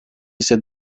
ise